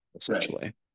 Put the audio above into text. essentially